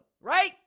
Right